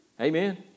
Amen